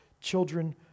children